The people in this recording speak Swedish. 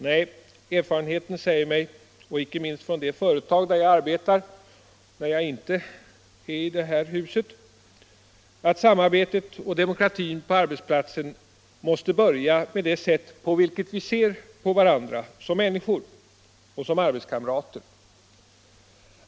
Nej, erfarenheten — inte minst från det företag där jag arbetar när jag inte är här i huset — säger mig att samarbetet och demokratin på arbetsplatsen måste börja med det sätt på vilket vi ser på varandra som människor och som arbetskamrater.